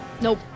Nope